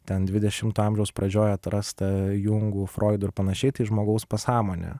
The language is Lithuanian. ten dvidešimto amžiaus pradžioje atrasta jungų froidų ir panašiai tai žmogaus pasąmonę